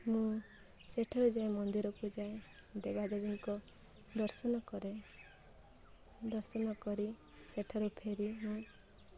ମୁଁ ସେଠାରୁ ଯାଇ ମନ୍ଦିରକୁ ଯାଏ ଦେବା ଦେବୀଙ୍କ ଦର୍ଶନ କରେ ଦର୍ଶନ କରି ସେଠାରୁ ଫେରି ମୁଁ